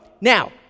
Now